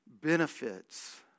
benefits